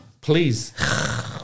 Please